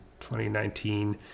2019